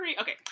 Okay